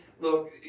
look